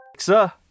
Sir